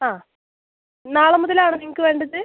ആ നാളെ മുതലാണൊ നിങ്ങൾക്ക് വേണ്ടത്